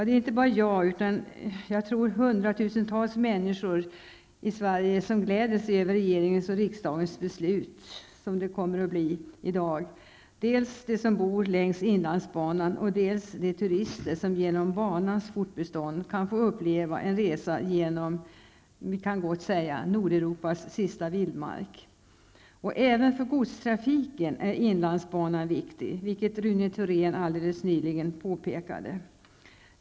Det är inte bara jag utan hundratusentals människor i Sverige som glädjer sig över regeringens och riksdagens beslut, som det kommer att bli i dag. Det är dels de som bor längs inlandsbanan, dels de turister som genom banans fortbestånd kan få uppleva en resa genom Nordeuropas sista vildmark. Även för godstrafiken är inlandsbanan viktigt, vilket Rune Thorén alldeles nyligen påpekade.